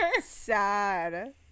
Sad